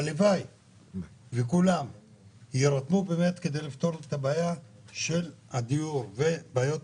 הלוואי וכולם יירתמו כדי לפתור את הבעיה של הדיור ובעיות